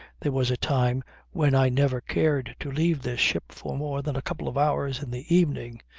there was a time when i never cared to leave this ship for more than a couple of hours in the evening,